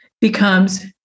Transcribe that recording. becomes